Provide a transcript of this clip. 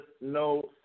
no